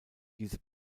diese